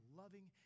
loving